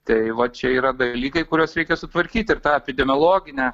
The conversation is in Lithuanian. tai va čia yra dalykai kuriuos reikia sutvarkyti ir tą epidemiologinę